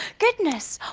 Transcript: goodness!